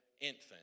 infant